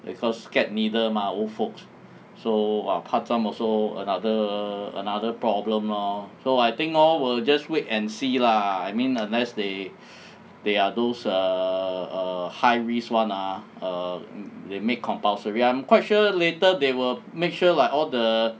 because scared needle mah old folks so !wah! pa zam also another another problem lor so I think orh will just wait and see lah I mean unless they are those err err high risk one ah err they make compulsory I'm quite sure later they will make sure like all the